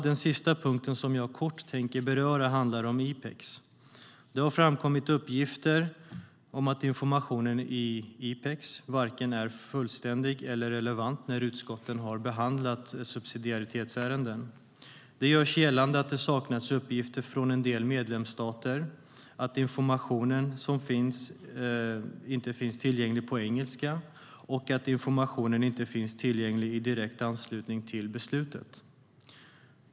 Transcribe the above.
Den sista punkt som jag kort tänker beröra handlar om IPEX. När utskotten behandlat subsidiaritetsärenden har det framkommit uppgifter om att informationen i IPEX inte är vare sig fullständig eller relevant. Det görs gällande att det saknas uppgifter från en del medlemsstater, att den information som finns inte är tillgänglig på engelska och att informationen inte finns tillgänglig i direkt anslutning till beslutet.